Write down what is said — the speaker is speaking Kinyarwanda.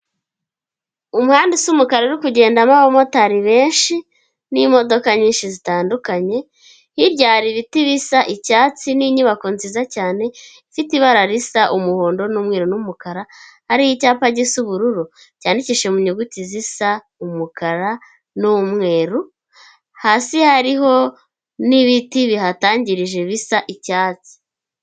Umuhanda usa umukara uri kugendamo abamotari benshi n'imodoka nyinshi zitandukanye, hirya hari ibiti bisa icyatsi n'inyubako nziza cyane ifite ibara risa umuhondo n'umweru n'umukara, hari icyapa gisi ubururu cyandikishije mu nyuguti zisa umukara n'umweru, hasi hariho n'ibiti bihatangirije bisa icyatsi.